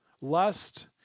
lust